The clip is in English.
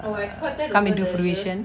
err come into fruition